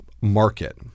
market